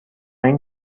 این